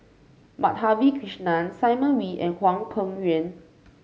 Madhavi Krishnan Simon Wee and Hwang Peng Yuan